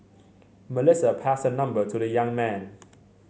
Melissa passed her number to the young man